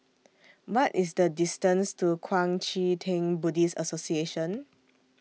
What IS The distance to Kuang Chee Tng Buddhist Association